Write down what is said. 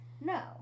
no